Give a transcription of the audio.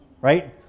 right